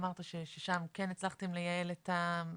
אמרת ששם כן הצלחתם לייעל את התהליך,